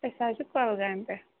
أسۍ حظ چھِ کۄلگامہِ پٮ۪ٹھ